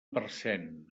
parcent